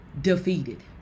Defeated